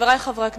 חברי חברי הכנסת,